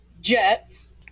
Jets